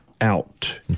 out